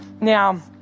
Now